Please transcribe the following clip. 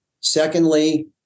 Secondly